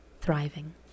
thriving